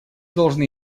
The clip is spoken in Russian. должны